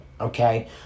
Okay